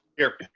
here.